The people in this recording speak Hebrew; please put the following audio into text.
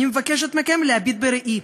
אני מבקשת מכם להביט בראי,